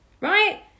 right